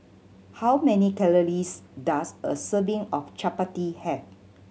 how many calories does a serving of Chapati have